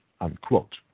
unquote